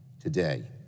today